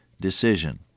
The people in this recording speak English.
decision